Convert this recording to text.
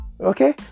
okay